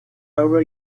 over